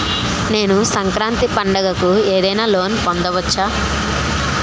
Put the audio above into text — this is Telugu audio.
నేను సంక్రాంతి పండగ కు ఏదైనా లోన్ పొందవచ్చా?